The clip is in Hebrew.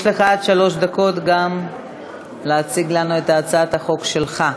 יש לך עד שלוש דקות להציג לנו את הצעת החוק שלך.